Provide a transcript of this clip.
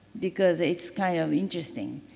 because it's kind of interesting.